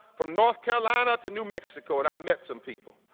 from north carolina to new mexico, and i've met some people.